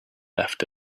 left